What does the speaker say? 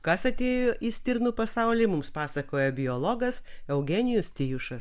kas atėjo į stirnų pasaulį mums pasakoja biologas eugenijus tijušas